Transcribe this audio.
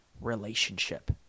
relationship